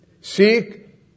Seek